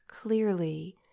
clearly